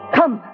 come